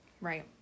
Right